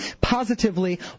positively